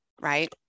right